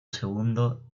segundo